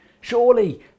Surely